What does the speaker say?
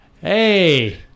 Hey